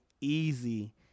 easy